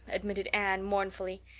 admitted anne mournfully.